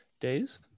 Days